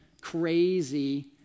Crazy